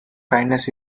kindness